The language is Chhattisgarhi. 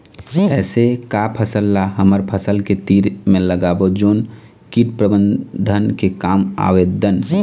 ऐसे का फसल ला हमर फसल के तीर मे लगाबो जोन कीट प्रबंधन के काम आवेदन?